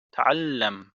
تعلم